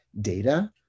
data